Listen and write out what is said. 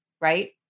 right